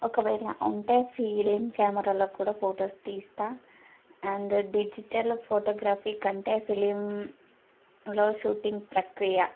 ఒకవేళ ఉంటే ఫీలిం కెమెరాలో కూడా ఫొటోస్ తీస్తూ అండ్ డిజిటల్ ఫోటోగ్రఫీ కంటే ఫీలింలో షూటింగ్ ప్రక్రియ